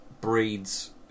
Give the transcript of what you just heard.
breeds